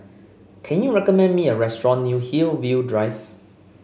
can you recommend me a restaurant near Hillview Drive